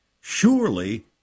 surely